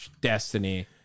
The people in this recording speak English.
destiny